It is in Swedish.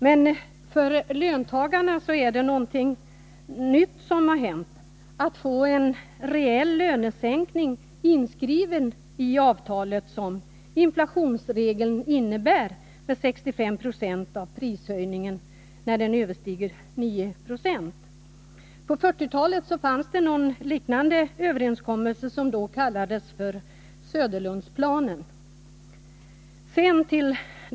Men för löntagarna är det någonting nytt som har hänt — de har fått en reell lönesänkning inskriven i avtalet, vilket inflationsregeln innebär, med 65 96 av prishöjningarna när de överstiger 9 20. På 1940-talet fanns en liknande överenskommelse som kallades Söderlundsplanen.